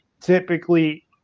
typically